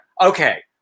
okay